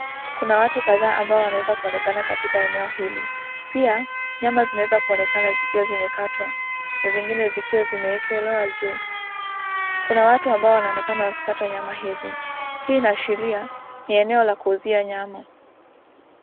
Kuna watu kadhaa ambao wanaweza kuonekana katika eneo hili pia nyama zinaweza kuonekana zikiwa zimekatwa na zingine zikiwa zimewekelewa juu. Kuna watu ambao wanaonekana wakikata nyama hizi. Hii inaashiria ni eneo la kuuzia nyama.